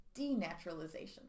denaturalization